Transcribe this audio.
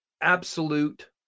absolute